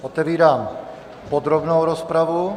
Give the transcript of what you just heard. Otevírám podrobnou rozpravu.